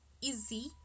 easy